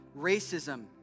racism